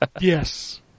yes